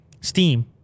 Steam